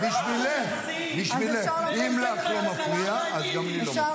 אם את אומרת שלא מפריע, סימן שזה על